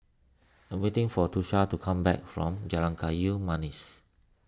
I'm waiting for Tosha to come back from Jalan Kayu Manis